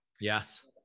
Yes